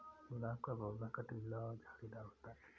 गुलाब का पौधा कटीला और झाड़ीदार होता है